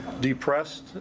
depressed